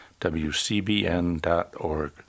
wcbn.org